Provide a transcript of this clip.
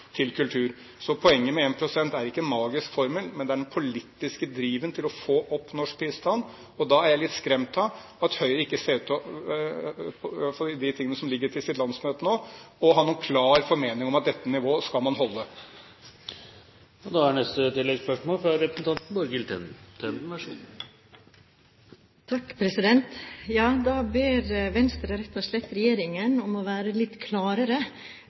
til kultur. Poenget med 1 pst. er ingen magisk formel, men det er den politiske driven til å få opp norsk bistand. Da er jeg litt skremt av at Høyre, i hvert fall i det som foreligger til deres landsmøte nå, ikke ser ut til å ha noen klar formening om at man skal holde dette nivået. Borghild Tenden – til oppfølgingsspørsmål. Venstre ber rett og slett regjeringen om å være litt klarere når det gjelder å definere hva som er klimabistand, og